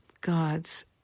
God's